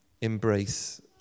embrace